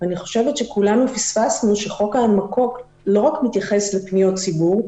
ואני חושבת שכולנו פספסנו שחוק ההנמקות לא רק מתייחס לפניות ציבור,